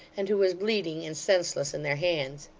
and who was bleeding and senseless in their hands.